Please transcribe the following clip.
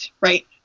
right